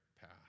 path